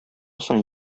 соң